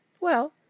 Well